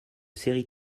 séries